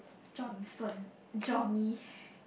Johnson Johnny